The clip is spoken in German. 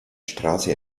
straße